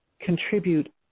contribute